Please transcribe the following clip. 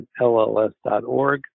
lls.org